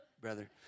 brother